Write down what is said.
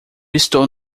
estou